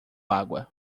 água